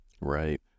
right